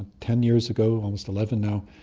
ten years ago, almost eleven now,